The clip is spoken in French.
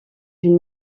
une